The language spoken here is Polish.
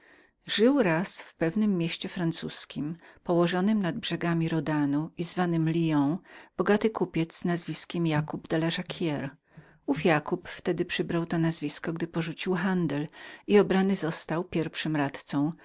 żył raz w pewnem mieście francuzkiem położonem nad brzegami rodanu i nazwanem lyon bogaty kupiec nazwiskiem jakób de la jacquire jakób wtedy przybrał to drugie nazwisko gdy porzucił handel i obrany został pierwszym radcą